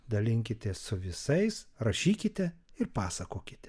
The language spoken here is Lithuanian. dalinkitės su visais rašykite ir pasakokite